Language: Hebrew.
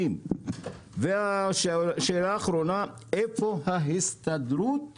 השאלה האחרונה, איפה ההסתדרות